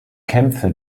kämpfe